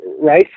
right